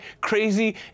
crazy